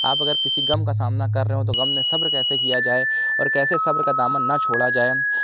آپ اگر کسی غم کا سامنا کر رہے ہوں تو غم میں صبر کیسے کیا جائے اور کیسے صبر کا دامن نہ چھوڑا جائے